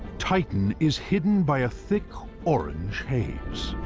titan is hidden by a thick orange haze.